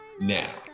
Now